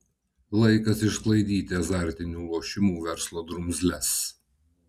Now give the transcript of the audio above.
laikas išsklaidyti azartinių lošimų verslo drumzles